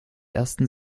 ersten